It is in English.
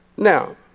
Now